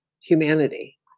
humanity